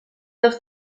els